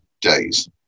days